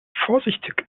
vorsichtig